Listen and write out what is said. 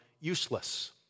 useless